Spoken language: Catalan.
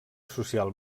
social